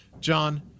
john